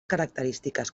característiques